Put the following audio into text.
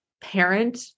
parent